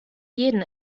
jeden